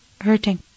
Hurting